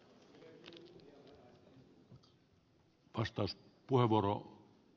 arvoisa puhemies